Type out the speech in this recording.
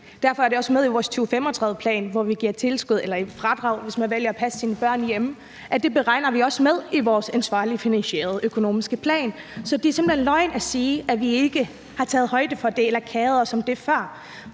Derfor er det også med i vores 2035-plan, hvor vi giver et fradrag, hvis man vælger at passe sine børn hjemme. Det regner vi også med i vores ansvarligt finansierede økonomiske plan. Så det er simpelt hen løgn at sige, at vi ikke har taget højde for det eller keret os om det før.